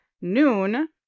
noon